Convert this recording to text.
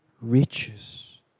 riches